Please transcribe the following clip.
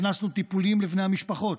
הכנסנו טיפולים לבני המשפחות,